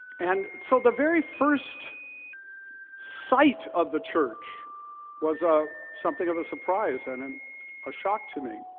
and so the very first sight of the church was ah something of a surprise and um a shock to me.